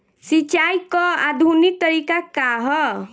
सिंचाई क आधुनिक तरीका का ह?